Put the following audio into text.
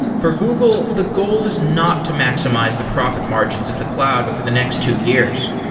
for google, the goal is not to maximize the profit margins of the cloud over the next two years.